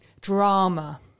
drama